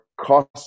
cost